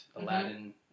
Aladdin